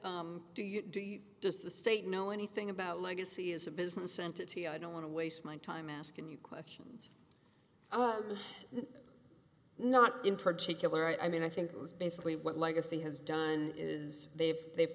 do you do you does the state know anything about legacy is a business entity i don't want to waste my time asking you questions not in particular i mean i think it was basically what legacy has done is they've they've